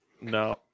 no